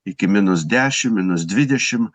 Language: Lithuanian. iki minus dešim minus dvidešim